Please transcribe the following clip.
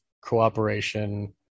cooperation